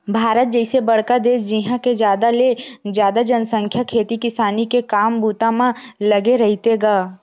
भारत जइसे बड़का देस जिहाँ के जादा ले जादा जनसंख्या खेती किसानी के काम बूता म लगे रहिथे गा